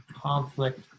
conflict